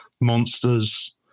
monsters